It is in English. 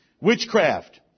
Witchcraft